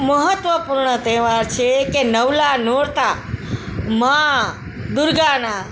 મહત્ત્વપૂર્ણ તહેવાર છે કે નવલાં નોરતાં મા દુર્ગાનાં